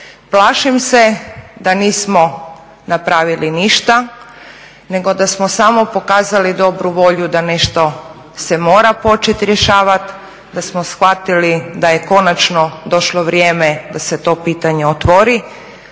plašim se da nismo napravili ništa nego da smo samo pokazali dobru volju da nešto se mora početi rješavati, da smo shvatili da je konačno došlo vrijeme da se to pitanje otvori.